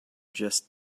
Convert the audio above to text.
just